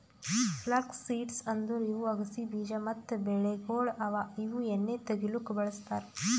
flux seeds ಅಂದುರ್ ಇವು ಅಗಸಿ ಬೀಜ ಮತ್ತ ಬೆಳೆಗೊಳ್ ಅವಾ ಇವು ಎಣ್ಣಿ ತೆಗಿಲುಕ್ ಬಳ್ಸತಾರ್